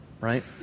right